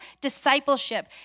discipleship